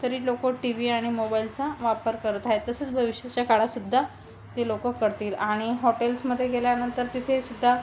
तरी लोकं T V आणि मोबाईलचा वापर करत आहेत तसंच भविष्याच्या काळासुद्धा ते लोकं करतील आणि हॉटेल्समध्ये गेल्यानंतर तिथेसुद्धा